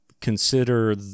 consider